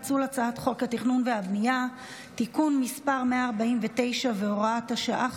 הצעת חוק התכנון והבנייה (תיקון מס' 149 והוראת שעה,